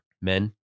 men